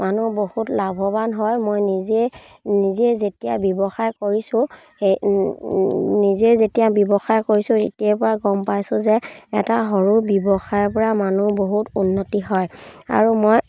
মানুহ বহুত লাভৱান হয় মই নিজে নিজে যেতিয়া ব্যৱসায় কৰিছোঁ সেই নিজে যেতিয়া ব্যৱসায় কৰিছোঁ তেতিয়াৰ পৰা গম পাইছোঁ যে এটা সৰু ব্যৱসায়ৰ পৰা মানুহ বহুত উন্নতি হয় আৰু মই